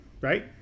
Right